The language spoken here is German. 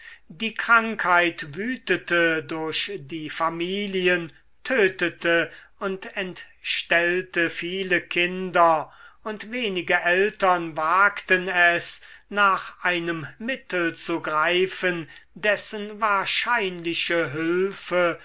die krankheit wütete durch die familien tötete und entstellte viele kinder und wenige eltern wagten es nach einem mittel zu greifen dessen wahrscheinliche hülfe